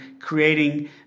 creating